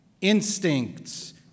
Instincts